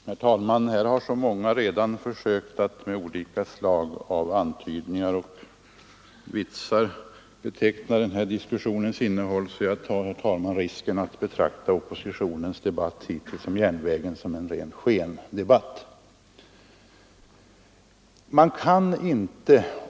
Herr talman! Här har redan så många försökt att med olika slag av antydningar och vitsar beteckna den här diskussionens innehåll att jag, herr talman, tar risken att betrakta oppositionens hittillsvarande deltagande i debatten om järnvägen som en ren skendebatt.